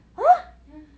ya